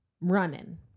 running